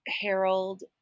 Harold